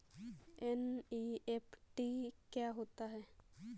NEFT क्या होता है?